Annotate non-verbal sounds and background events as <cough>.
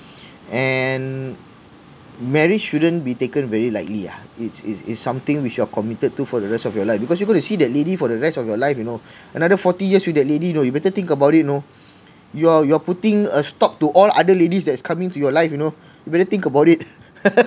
and marriage shouldn't be taken very lightly ah it is is something which you are committed to for the rest of your life because you going to see that lady for the rest of your life you know another forty years with that lady you know you better think about it you know you are you are putting a stop to all other ladies that is coming to your life you know you'd better think about it <laughs>